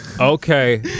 okay